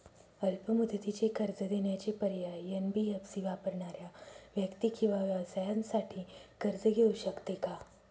अल्प मुदतीचे कर्ज देण्याचे पर्याय, एन.बी.एफ.सी वापरणाऱ्या व्यक्ती किंवा व्यवसायांसाठी कर्ज घेऊ शकते का?